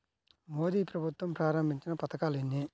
మోదీ ప్రభుత్వం ప్రారంభించిన పథకాలు ఎన్ని?